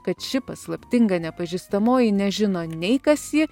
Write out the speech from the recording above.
kad ši paslaptinga nepažįstamoji nežino nei kas ji